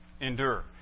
endure